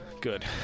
Good